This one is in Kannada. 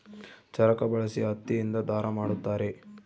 ಚರಕ ಬಳಸಿ ಹತ್ತಿ ಇಂದ ದಾರ ಮಾಡುತ್ತಾರೆ